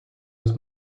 was